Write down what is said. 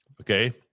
Okay